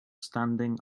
standing